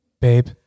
babe